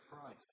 price